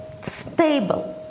stable